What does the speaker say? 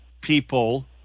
People